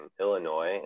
Illinois